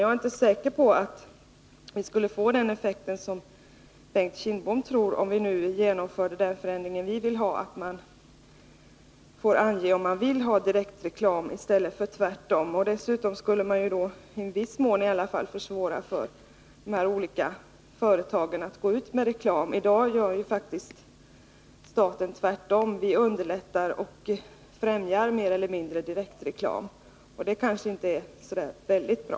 Jag är inte säker på att vi skulle få den effekt som Bengt Kindbom tror, om vi genomförde den förändring som vi vill ha, nämligen att man anger om man vill ha direktreklam i stället för tvärtom. Dessutom skulle man i viss mån försvåra för de olika företagen att gå ut med direktreklam. I dag gör staten faktiskt tvärtom: underlättar och mer eller mindre främjar direktreklam, och det kanske inte är så väldigt bra.